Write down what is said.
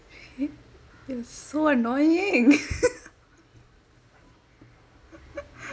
you're so annoying